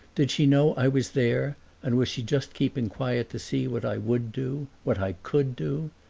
did she know i was there and was she just keeping quiet to see what i would do what i could do?